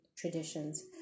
traditions